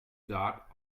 saat